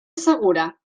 segura